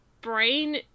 brain